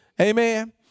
Amen